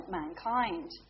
mankind